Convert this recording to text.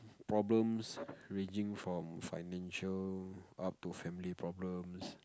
problems ranging from financial up to family problems